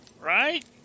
Right